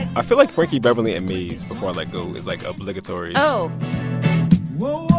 i feel like frankie beverly and maze before i let go is like obligatory oh whoa